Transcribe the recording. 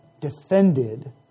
defended